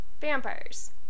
vampires